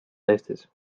eestis